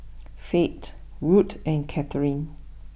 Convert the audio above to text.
Fate wood and Katherine